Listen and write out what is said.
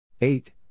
Eight